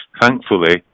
thankfully